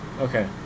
Okay